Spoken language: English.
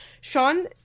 Sean